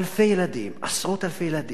אלפי ילדים, עשרות אלפי ילדים,